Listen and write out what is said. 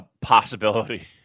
possibility